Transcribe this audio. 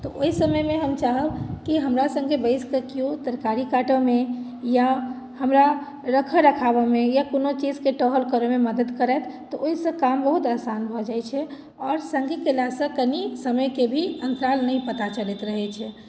तऽ ओहि समयमे हम चाहब कि हमरा सङ्गे बैसिके केओ तरकारी काटय मे या हमरा रख रखावमे या कोनो चीजके टहल करय मे मदद करथि तऽ ओहिसँ काम बहुत आसान भऽ जाइत छै आओर सङ्गे कयलासँ कनि समयके भी अन्तराल नहि पता चलैत रहैत छै